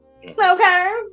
Okay